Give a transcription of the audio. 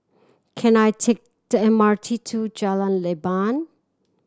can I take the M R T to Jalan Leban